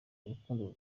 urukundo